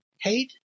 hate